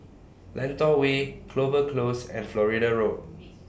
Lentor Way Clover Close and Florida Road